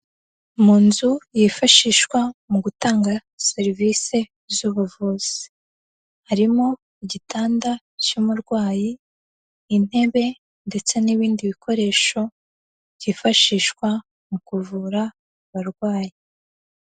Mu nzu yifashishwa mu gutanga serivisi z'ubuvuzi. Harimo igitanda cy'umurwayi, intebe ndetse n'ibindi bikoresho byifashishwa mu kuvura abarwayi.